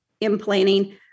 implanting